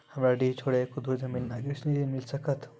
हमरा डीह छोर एको धुर जमीन न या कृषि ऋण मिल सकत?